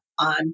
on